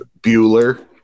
bueller